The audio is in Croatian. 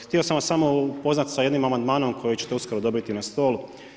Htio sam vas samo upoznati sa jednim amandmanom koji ćete uskoro dobiti na stol.